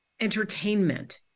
entertainment